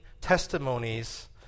testimonies